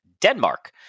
Denmark